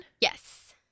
Yes